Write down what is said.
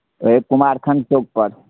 अइ कुमारखंड चौकपर